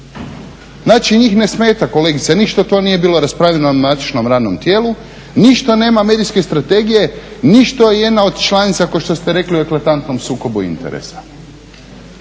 Znači njih ne smeta kolegice, ni što to nije bilo raspravljeno na matičnom radnom tijelu, ni što nema medijske strategije, ni što je jedna od članica kao što ste rekli u eklatantnom sukobu interesa.